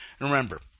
Remember